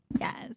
yes